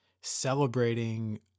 celebrating